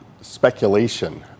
speculation